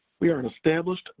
we are an established,